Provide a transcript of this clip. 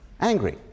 angry